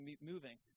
moving